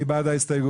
מי בעד ההסתייגות?